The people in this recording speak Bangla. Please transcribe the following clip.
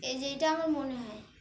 এই যেইটা আমার মনে হয়